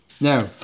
Now